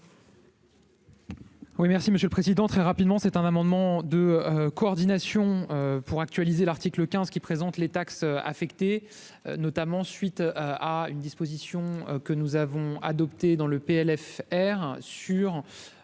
Oui, merci Monsieur le Président, très rapidement, c'est un amendement de coordination pour actualiser l'article 15 qui présente les taxes affectées notamment suite à une disposition que nous avons adoptée dans le PLF sur